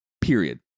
Period